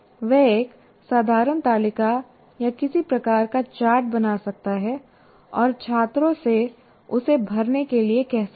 वह एक साधारण तालिका या किसी प्रकार का चार्ट बना सकता है और छात्रों से उसे भरने के लिए कह सकता है